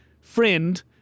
friend